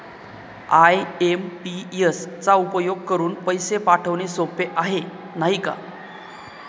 IMPS चा उपयोग करुन पैसे पाठवणे सोपे आहे, नाही का